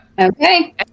Okay